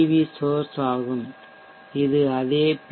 we source ஆகும் இது அதே பி